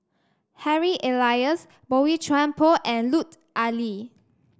Harry Elias Boey Chuan Poh and Lut Ali